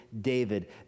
David